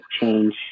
change